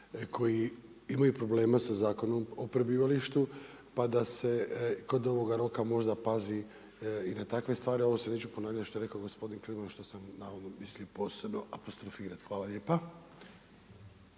koji imaju problemima Zakonom o prebivalištu, pa da se kod novoga roka možda pazi i na takve stvari, a ovo se neću ponavljati što je rekao gospodin Kliman što sam i znao …/Govornik se ne razumije./… apostrofirat. Hvala lijepa.